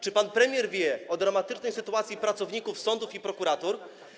Czy pan premier wie o dramatycznej sytuacji pracowników sądów i prokuratur?